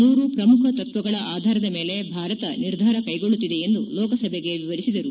ಮೂರು ಪ್ರಮುಖ ತತ್ವಗಳ ಆಧಾರದ ಮೇಲೆ ಭಾರತ ನಿರ್ಧಾರ ಕ್ಷೆಗೊಳ್ಳುತ್ತಿದೆ ಎಂದು ಲೋಕಸಭೆಗೆ ವಿವರಿಸಿದರು